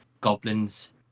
goblins